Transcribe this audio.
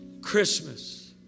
Christmas